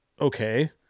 okay